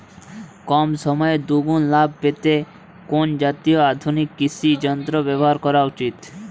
কম সময়ে দুগুন লাভ পেতে কোন জাতীয় আধুনিক কৃষি যন্ত্র ব্যবহার করা উচিৎ?